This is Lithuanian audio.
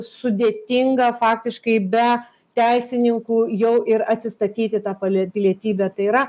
sudėtinga faktiškai be teisininkų jau ir atsistatyti ta pali pilietybę tai yra